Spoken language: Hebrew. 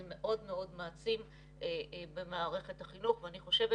זה מאוד מאוד מעצים במערכת החינוך ואני חושבת